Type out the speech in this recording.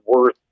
worth